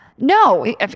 No